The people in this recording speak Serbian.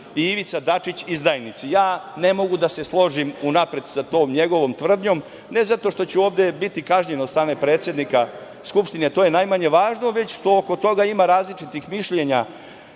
Ivica Dačić izdajnici. Ja ne mogu da se složim unapred sa tom njegovom tvrdnjom, ne zato što ću ovde biti kažnjen od strane predsednika Skupštine, to je najmanje važno, već što oko toga ima različitih mišljenja